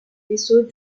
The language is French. ruisseau